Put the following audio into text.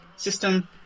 system